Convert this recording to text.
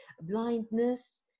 blindness